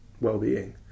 well-being